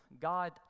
God